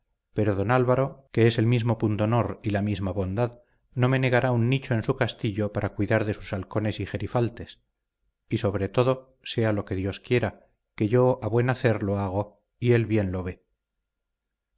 pero don álvaro que es el mismo pundonor y la misma bondad no me negará un nicho en su castillo para cuidar de sus halcones y gerifaltes y sobre todo sea lo que dios quiera que yo a buen hacer lo hago y él bien lo ve